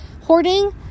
hoarding